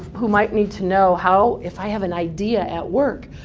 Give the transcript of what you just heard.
who might need to know how, if i have an idea at work,